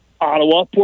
Ottawa